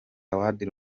awards